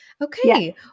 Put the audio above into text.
Okay